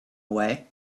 away